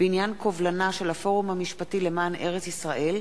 בעניין קובלנה של הפורום המשפטי למען ארץ-ישראל